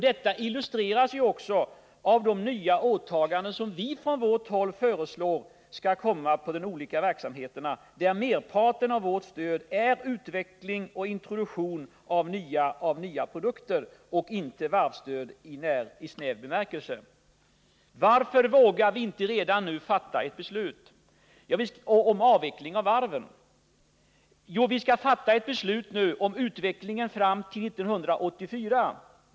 Detta illustreras också av de nya åtaganden som från socialdemokratiskt håll föreslås för de olika verksamheterna, där merparten av stödet avser utveckling och introduktion av nya produkter. Det är alltså inte fråga om ett varvsstöd i snäv bemärkelse. Varför vill vi inte redan nu fatta ett beslut om avveckling av varven? Jo, läget är det att vi nu skall fatta ett beslut om utvecklingen fram till 1984.